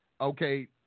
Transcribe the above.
okay